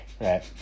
right